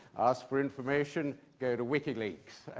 ask for information, go to wikileaks.